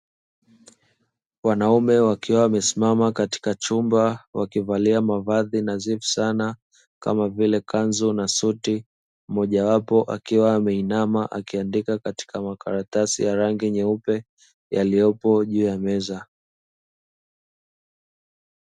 Wanaume wakiwa wame simama katika chumba wakivalia mavazi nadhifu sana kama vile kanzu na suti, mmoja wapo akiwa ameinama akiandika katika makaratasi ya rangi nyeupe yaliyopo juu ya meza.